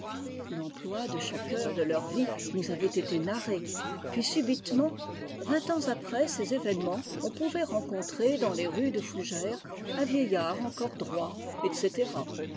l'emploi de chaque heure de leur vie nousavait été narrée puis subitement vingtans après ces événements on pouvait rencontrer dans les rues de fougères i un vieillard encore droit etc